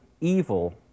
evil